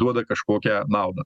duoda kažkokią naudą